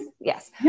Yes